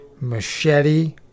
Machete